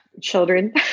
children